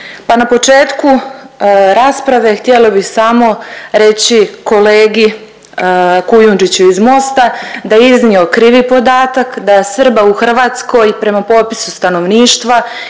pa na početku rasprave htjela bi samo reći kolegi Kujundžiću iz Mosta da je iznio krivi podatak, da Srba u Hrvatskoj prema popisu stanovništva